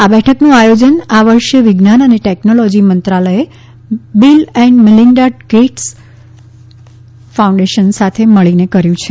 આ બેઠકનું આયોજન આ વર્ષે વિજ્ઞાન અને ટેકનોલોજી મંત્રાલયે Bill and Melinda Gates foundation સાથે મળીને કર્યું છે